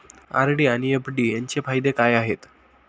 RD आणि FD यांचे फायदे काय आहेत?